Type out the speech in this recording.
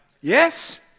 Yes